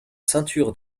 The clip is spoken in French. ceintures